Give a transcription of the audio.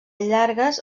llargues